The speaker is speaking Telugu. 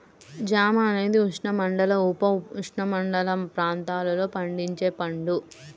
జామ అనేది ఉష్ణమండల, ఉపఉష్ణమండల ప్రాంతాలలో పండించే పండు